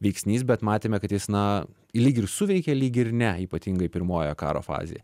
veiksnys bet matėme kad jis na lyg ir suveikė lyg ir ne ypatingai pirmojoje karo fazėje